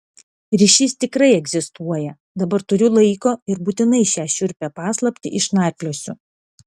ryšys tikrai egzistuoja dabar turiu laiko ir būtinai šią šiurpią paslaptį išnarpliosiu